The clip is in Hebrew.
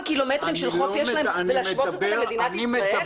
קילומטרים של חוף יש להם ולהשוות אותם למדינת ישראל?